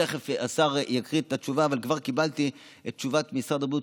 תכף השר יקריא את התשובה אבל כבר קיבלתי את תשובת משרד הבריאות,